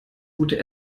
gute